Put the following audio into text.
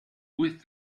with